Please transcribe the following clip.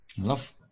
Love